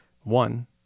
one